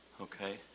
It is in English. Okay